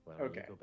Okay